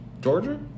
Georgia